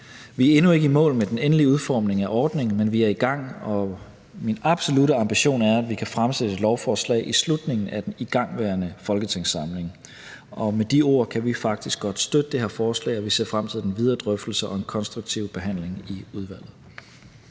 Vi er endnu ikke i mål med den endelige udformning af ordningen, men vi er i gang, og min absolutte ambition er, at vi kan fremsætte et lovforslag i slutningen af den igangværende folketingssamling. Med de ord kan vi faktisk godt støtte det her forslag, og vi ser frem til den videre drøftelse og en konstruktiv behandling i udvalget.